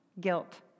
guilt